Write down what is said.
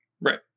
right